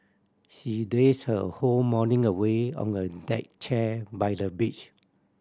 she lazed her whole morning away on a deck chair by the beach